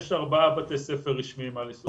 יש ארבעה בתי ספר רשמיים על-יסודיים.